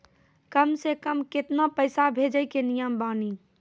कम से कम केतना पैसा भेजै के नियम बानी?